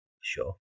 Sure